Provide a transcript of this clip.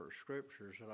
scriptures